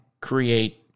create